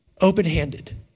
open-handed